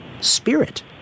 spirit